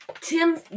tim